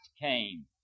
came